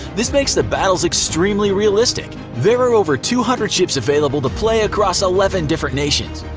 this makes the battles extremely realistic! there are over two hundred ships available to play across eleven different nations!